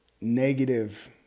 negative